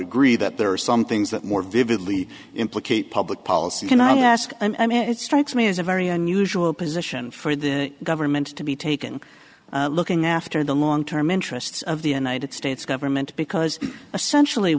agree that there are some things that more vividly implicate public policy can i ask i mean it's strikes me as a very unusual position for the government to be taken looking after the long term interests of the united states government because essentially